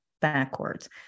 backwards